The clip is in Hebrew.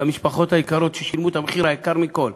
למשפחות היקרות ששילמו את המחיר היקר מכול: